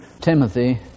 Timothy